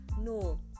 no